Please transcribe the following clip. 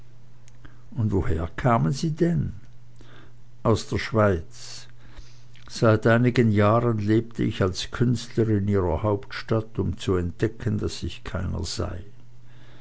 und woher kamen sie denn aus der schweiz seit einigen jahren lebte ich als künstler in ihrer hauptstadt um zu entdecken daß ich keiner sei